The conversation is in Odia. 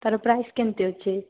ତା'ର ପ୍ରାଇସ୍ କେମିତି ଅଛି